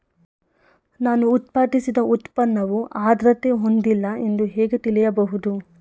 ನಾನು ಉತ್ಪಾದಿಸಿದ ಉತ್ಪನ್ನವು ಆದ್ರತೆ ಹೊಂದಿಲ್ಲ ಎಂದು ಹೇಗೆ ತಿಳಿಯಬಹುದು?